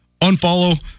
unfollow